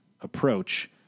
approach